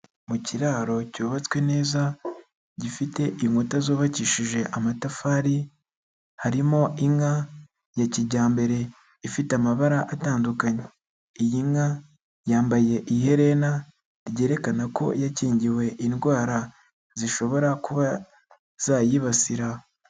Mu kiraro cyubatswe neza, gifite inkuta zubakishije amatafari, harimo inka ya kijyambere ifite amabara atandukanye, iyi nka yambaye iherena ryerekana ko yakingiwe indwara, zishobora kuba zayibasira.